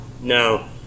no